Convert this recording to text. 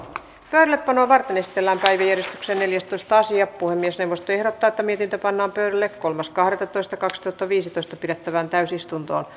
pöydällepanoa varten esitellään päiväjärjestyksen viidestoista asia puhemiesneuvosto ehdottaa että mietintö pannaan pöydälle kolmas kahdettatoista kaksituhattaviisitoista pidettävään täysistuntoon